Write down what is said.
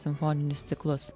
simfoninius ciklus